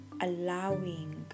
allowing